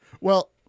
Well-